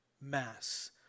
mass